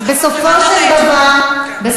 בסופו של דבר, כן.